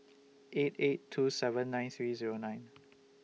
eight eight two seven nine three Zero nine